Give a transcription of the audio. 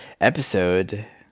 episode